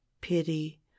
Pity